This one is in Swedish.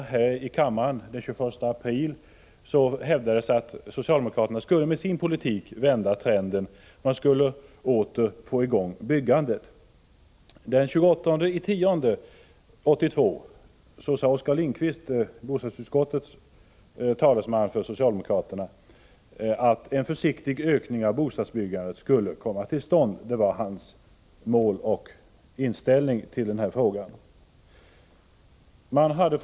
I debatten i kammaren den 21 april 1982 hävdades att socialdemokraterna med sin politik skulle vända trenden och åter få i gång byggandet. Den 28 oktober 1982 sade Oskar Lindkvist, socialdemokraternas talesman i bostadsutskottet, att en försiktig ökning av bostadsbyggandet skulle komma till stånd. Det var hans inställning och mål i denna fråga.